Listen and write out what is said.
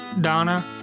Donna